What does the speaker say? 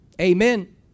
Amen